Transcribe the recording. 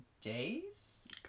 days